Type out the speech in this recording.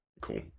Cool